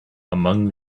among